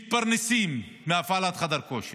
שמתפרנסים מהפעלת חדר כושר.